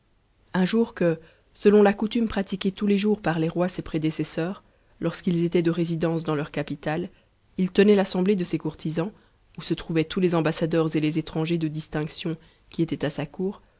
un jour que selon la coutume pratiquée tous les jours par les rois ses prédécesseurs lorsqu'ils étaient de résidence dans leur capitale it tenait t l'assemblée de ses courtisans où se trouvaient tous les ambassadeurs et les étrangers de distinction qui étaient à sa cour